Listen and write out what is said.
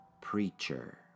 Preacher